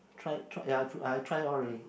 try try ya I I try all already